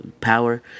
power